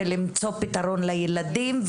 ולמצוא פתרון לילדים,